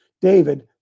David